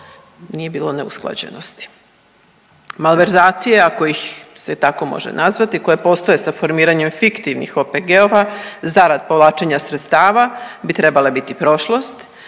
nije bilo neusklađenosti. Malverzacija kojih se tako može nazvati koja postoje sa formiranjem fiktivnih OPG-ova zarad povlačenja sredstva bi trebala biti prošlost